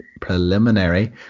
preliminary